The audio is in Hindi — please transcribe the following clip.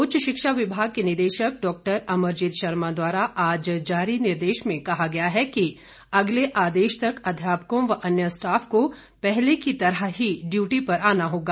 उच्च शिक्षा विभाग के निदेशक डॉक्टर अमरजीत शर्मा द्वारा आज जारी निर्देश में कहा गया है कि अगले आदेश तक अध्यापकों व अन्य स्टाफ को पहले की तरह ही ड्यूटी पर आना होगा